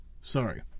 Sorry